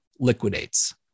liquidates